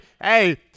hey